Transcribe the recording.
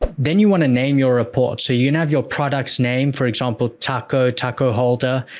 then you wanna name your report. so, you now have your product's name, for example, taco, taco holder,